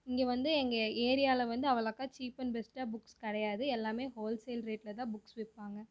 இங்கே வந்து எங்கள் ஏரியாவில் வந்து அவ்வளோக்கா சீப் அண்ட் பெஸ்ட்டாக புக்ஸ் கிடையாது எல்லாம் ஹோல் சேல் ரேட்டில் தான் புக்ஸ் விற்பாங்க